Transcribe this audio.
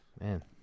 Man